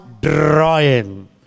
drawing